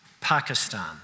Pakistan